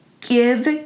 Give